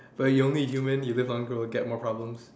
but you're only a human you live longer you'll get more problems